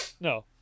no